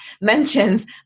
mentions